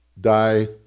die